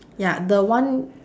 ya the one